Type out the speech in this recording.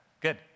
Good